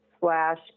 slash